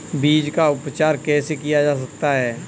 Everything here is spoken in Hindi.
बीज का उपचार कैसे किया जा सकता है?